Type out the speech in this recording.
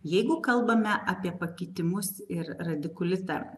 jeigu kalbame apie pakeitimus ir radikulitą